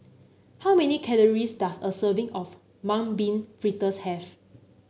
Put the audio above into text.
how many calories does a serving of Mung Bean Fritters have